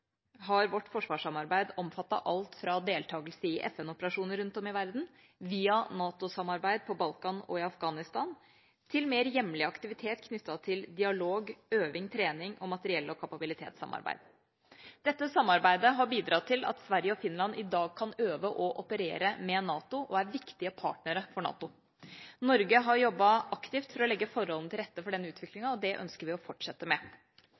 har vårt forsvarssamarbeid omfattet alt fra deltakelse i FN-operasjoner rundt om i verden via NATO-samarbeid på Balkan og i Afghanistan til mer hjemlig aktivitet knyttet til dialog, øving, trening og materiell- og kapabilitetssamarbeid. Dette samarbeidet har bidratt til at Sverige og Finland i dag kan øve og operere med NATO og er viktige partnere for NATO. Norge har jobbet aktivt for å legge forholdene til rette for denne utviklingen, og det ønsker vi å fortsette med.